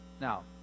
Now